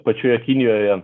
pačioje kinijoje